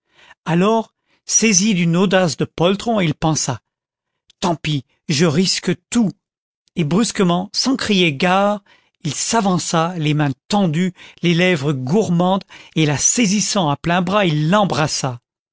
alors saisi d'une audace de poltron il pensa tant pis je risque tout et brusquement sans crier gare il s'avança les mains tendues les lèvres gourmandes et la saisissant à pleins bras il l'embrassa